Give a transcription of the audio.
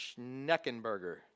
Schneckenberger